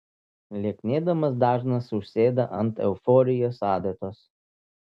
lieknėdamas dažnas užsėda ant euforijos adatos